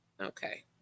Okay